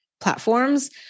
platforms